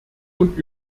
und